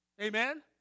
Amen